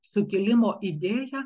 sukilimo idėja